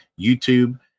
YouTube